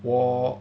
我